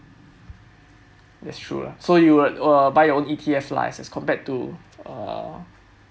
that's true lah so you'll uh buy your own E_T_F lah as compared to uh